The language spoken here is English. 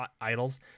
idols